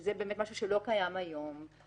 שזה משהו שלא קיים היום,